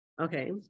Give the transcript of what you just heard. okay